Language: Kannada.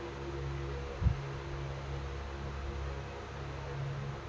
ಜೋಳ, ಗೋಧಿ, ಹೆಸರು, ಕಡ್ಲಿಯನ್ನ ನೇವು ಹೆಂಗ್ ಬೆಳಿತಿರಿ?